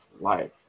life